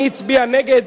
מי הצביע נגד?